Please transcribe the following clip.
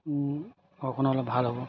ঘৰখনৰ অলপ ভাল হ'ব